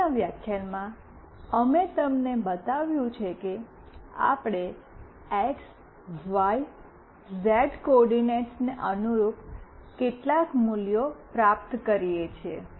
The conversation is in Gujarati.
આગળનાં વ્યાખ્યાનમાં અમે તમને બતાવ્યું છે કે આપણે એક્સવાયઝેડ કોઓર્ડિનેટ્સને અનુરૂપ કેટલાક મૂલ્યો પ્રાપ્ત કરીએ છીએ